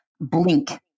blink